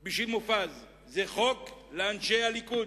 בשביל מופז, זה חוק לאנשי הליכוד.